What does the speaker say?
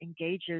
engages